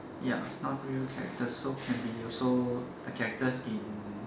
ya non real characters so can be also uh characters in